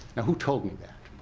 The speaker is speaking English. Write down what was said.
and who told me that?